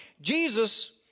Jesus